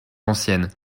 ancienne